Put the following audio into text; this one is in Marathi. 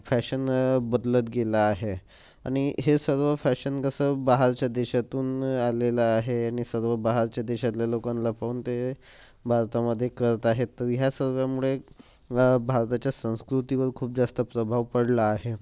फॅशन बदलत गेलं आहे आणि हे सर्व फॅशन कसं बाहेरच्या देशातून आलेलं आहे आणि सर्व बाहेरच्या देशातल्या लोकांना पाहून ते भारतामध्ये करत आहेत तर या सर्वामुळे भारताच्या संस्कृतीवर खूप जास्त प्रभाव पडला आहे